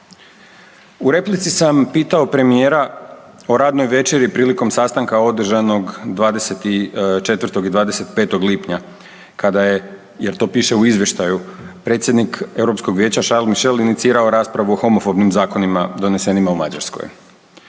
U replici sam pitao premijera o radnoj večeri prilikom sastanka održanog 24. i 25. lipnja kada je, jer to piše u izvještaju, predsjednik Europskog vijeća Charles Michel inicirao je raspravu o homofobnim zakonima donesenima u Mađarskoj.